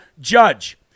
judge